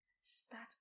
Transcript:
start